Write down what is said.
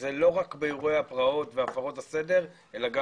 זה לא רק באירועי הפרעות והפרות הסדר אלא גם